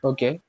Okay